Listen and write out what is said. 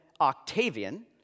Octavian